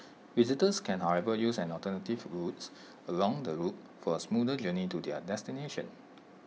visitors can however use alternative routes along the loop for A smoother journey to their destination